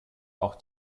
auch